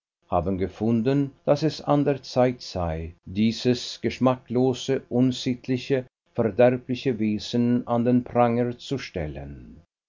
haben gefunden daß es an der zeit sei dieses geschmacklose unsittliche verderbliche wesen an den pranger zu stellen